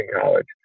college